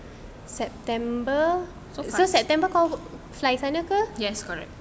september so september kau fly sana ke